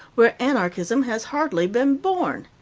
where anarchism has hardly been born.